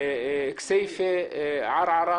כסייפה, ערערה